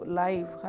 life